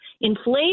Inflation